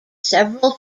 several